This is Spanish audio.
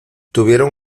tuvieron